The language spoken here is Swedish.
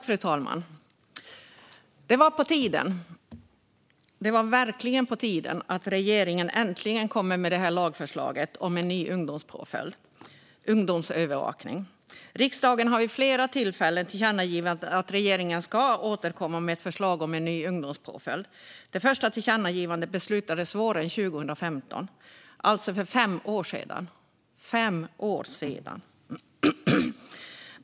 Fru talman! Det var på tiden. Det var verkligen på tiden att regeringen nu äntligen kommer med sitt lagförslag gällande en ny ungdomspåföljd, ungdomsövervakning. Riksdagen har ju vid flera tillfällen tillkännagivit att regeringen ska återkomma med förslag om en ny ungdomspåföljd. Det första tillkännagivandet beslutades våren 2015, alltså för hela fem år sedan.